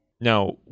Now